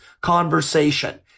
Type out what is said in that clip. conversation